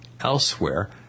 elsewhere